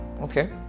Okay